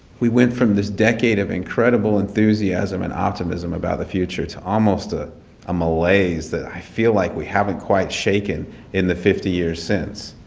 we went from this decade of incredible enthusiasm and optimism about the future, to almost a malaise that i feel like we haven't quite shaken in the fifty years since.